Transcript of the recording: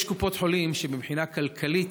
יש קופות חולים שמבחינה כלכלית